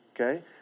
okay